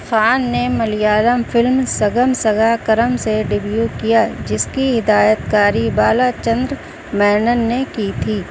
خان نے ملیالم فلم سگن سگا کرم سے ڈیبیو کیا جس کی ہدایت کاری بالاچندر مینن نے کی تھی